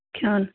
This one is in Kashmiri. کھیٚون